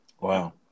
wow